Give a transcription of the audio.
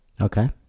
Okay